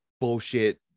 bullshit